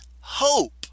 hope